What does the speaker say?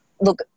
look